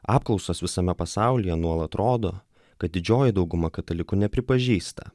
apklausas visame pasaulyje nuolat rodo kad didžioji dauguma katalikų nepripažįsta